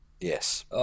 Yes